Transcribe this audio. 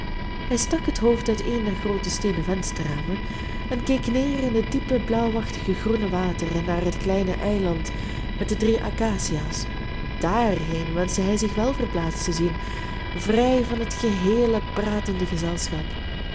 hij stak het hoofd uit een der groote steenen vensterramen en keek neer in het diepe blauwachtig groene water en naar het kleine eiland met de drie acacia's daarheen wenschte hij zich wel verplaatst te zien vrij van het geheele pratende gezelschap